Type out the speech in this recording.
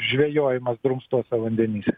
žvejojimas drumstuose vandenyse